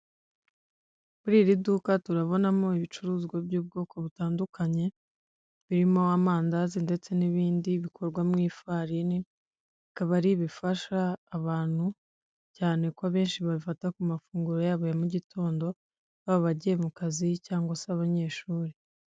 Muri iri duka turabonamo ibicuruza by'ubwoko butandukanye birimo amandazi ndetse n'ibindi bikorwa mu ifarini bikaba ari ibifasha abantu cyane ko abenshi babifata ku mafunguro yabo ya mu gitondo baba abagiye mu kazi cyangwa se abanyeshuri.